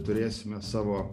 turėsime savo